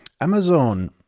Amazon